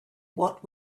what